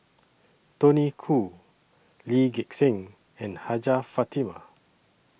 Tony Khoo Lee Gek Seng and Hajjah Fatimah